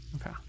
okay